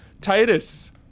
Titus